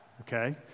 Okay